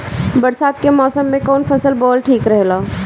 बरसात के मौसम में कउन फसल बोअल ठिक रहेला?